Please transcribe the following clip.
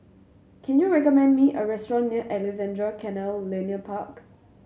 can you recommend me a restaurant near Alexandra Canal Linear Park